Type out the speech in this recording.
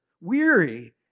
weary